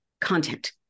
content